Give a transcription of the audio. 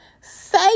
say